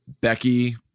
Becky